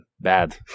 bad